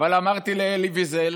אבל אמרתי לאלי ויזל